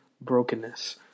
brokenness